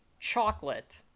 chocolate